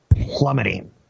plummeting